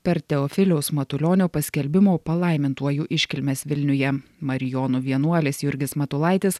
per teofiliaus matulionio paskelbimo palaimintuoju iškilmes vilniuje marijonų vienuolis jurgis matulaitis